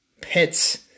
pets